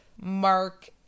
Mark